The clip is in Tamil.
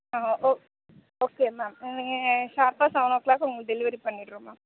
ஆ ஓக் ஓகே மேம் நீங்கள் ஷார்ப்பாக செவன் ஓ கிளாக் உங்களுக்கு டெலிவரி பண்ணிடுறோம் மேம்